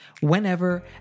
whenever